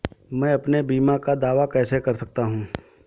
मैं अपने बीमा का दावा कैसे कर सकता हूँ?